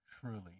truly